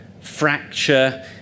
fracture